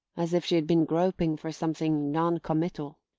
as if she had been groping for something noncommittal.